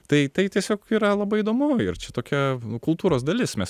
tai tai tiesiog yra labai įdomu ir čia tokia kultūros dalis mes